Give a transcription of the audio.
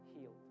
healed